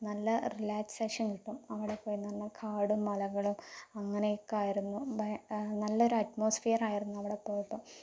നല്ല റിലാക്സേഷൻ കിട്ടും അവിടെ പോയിനിന്നാൽ കാടും മലകളും അങ്ങനെയൊക്കെയായിരുന്നു ആ നല്ലൊരു അറ്റ്മോസ്ഫിയർ ആയിരുന്നു അവിടെ പോയപ്പോൾ